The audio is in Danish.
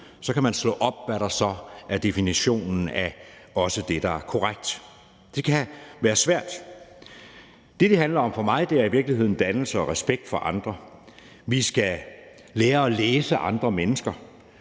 kan man slå op og læse, hvad der så er definitionen, også af det, der er korrekt. Det kan være svært. Det, det handler om for mig, er i virkeligheden dannelse og respekt for andre. Vi skal lære at læse andre mennesker.